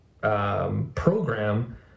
program